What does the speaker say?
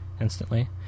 instantly